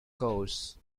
course